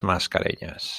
mascareñas